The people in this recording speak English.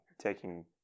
taking